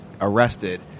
arrested